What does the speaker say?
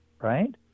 Right